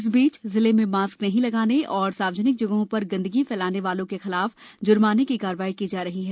इस बीच जिले में मास्क नहीं लगाने और सार्वजनिक जगहों पर गंदगी फैलाने वालों के खिलाफ जुर्माने की कार्रवाई की जा रही है